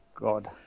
God